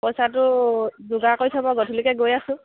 পইচাটো যোগাৰ কৰি থ'ব গধূলিকৈ গৈ আছোঁ